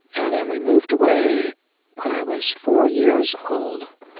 and then we moved away when i was four years old.